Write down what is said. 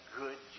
good